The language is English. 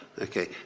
Okay